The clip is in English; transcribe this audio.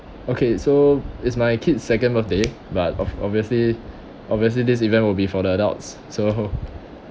okay so it's my kid second birthday but ob~ obviously obviously this event will be for the adults so